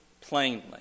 plainly